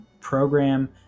program